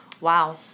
Wow